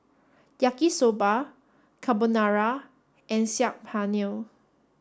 Yaki Soba Carbonara and Saag Paneer